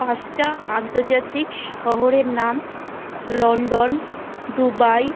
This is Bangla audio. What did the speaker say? পাঁচটা আন্তর্জাতিক শহরের নাম লন্ডন দুবাই